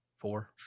four